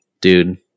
dude